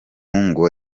ngo